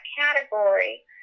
category